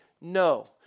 no